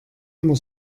immer